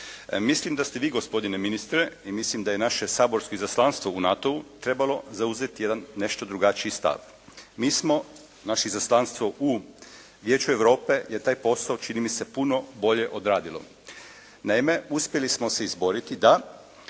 Mislim da ste vi gospodine ministre i mislim da je naše saborsko izaslanstvo u NATO-u trebalo zauzeti jedan nešto drugačiji stav. Mi smo, naše izaslanstvo u Vijeću Europe je taj posao čini mi se puno bolje odradilo. Naime, uspjeli smo se izboriti da